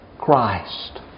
Christ